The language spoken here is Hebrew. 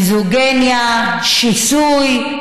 מיזוגניה ושיסוי.